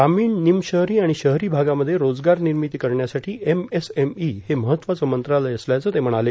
ग्रामीणए निम शहरी आणि शहरी भागामध्ये रोजगार निर्मिती करण्यासाठी एमएसएमई हे महत्वाचे मंत्रालय असल्याचे ते म्हणाले